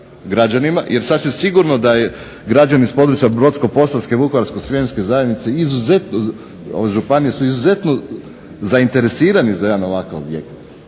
jer sasvim sigurno da građani s Brodsko-posavske, Vukovarsko-srijemske zajednice izuzetno županije, su izuzetno zainteresirani za ovakav jedan